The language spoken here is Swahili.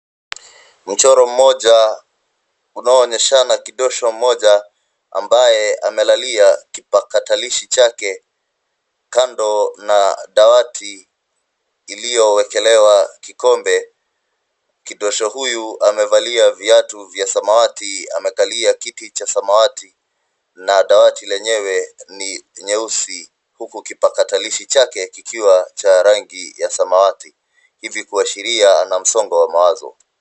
Mchoro mmoja unaoonyeshana kidosho mmoja ambaye amelalia kipakatalishi chake kando na dawati iliyo wekelewa kikombe. Kidosho huyu amevalia viatu va samawati, amekalia kiti cha samawati na dawati lenyewe ni nyeusi huku kipakatalishi chake kikiwa cha rangi ya samawati, hivi kuashiria ana msongo wa mawazo.